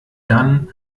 dann